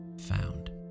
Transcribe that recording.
found